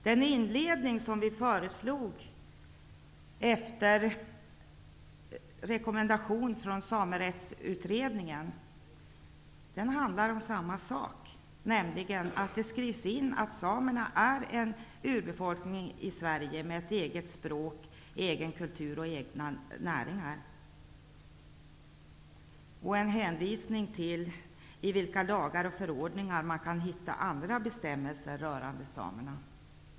Den inledning som vi föreslog efter rekommendation från Samerättsutredningen handlar om samma sak, nämligen att det skrivs in att samerna är en urbefolkning i Sverige med ett eget språk, en egen kultur och egna näringar. Det bör också finnas en hänvisning till i vilka lagar och förordningar man kan hitta andra bestämmelser rörande samerna.